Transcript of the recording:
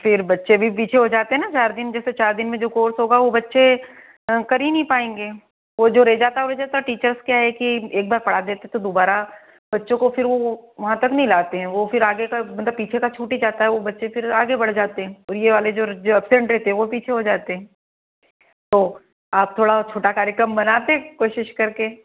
फिर बच्चे भी पीछे हो जाते हैं ना चार दिन जैसे चार दिन में जो कोर्स होगा वो बच्चे कर ही नहीं पाएँगे और जो रह जाता है रह जाता है टीचर्स क्या है कि एक एक बार पढ़ा देते हैं तो दोबारा बच्चों को फिर वो वहाँ तक नहीं लाते हैं वो फिर आगे का मतलब पीछे का छूट ही जाता है वो बच्चे फिर आगे बढ़ जाते हैं और ये वाले जो जे एबसेंट रहते हैं वो पीछे हो जाते हैं तो आप थोड़ा और छोटा कार्यक्रम बनाते कोशिश करके